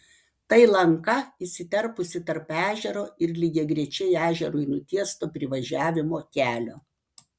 tai lanka įsiterpusi tarp ežero ir lygiagrečiai ežerui nutiesto privažiavimo kelio